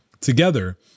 Together